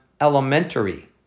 elementary